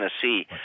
tennessee